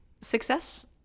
Success